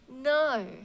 No